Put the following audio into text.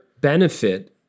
benefit